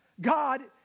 God